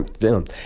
film